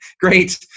Great